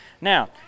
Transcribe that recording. Now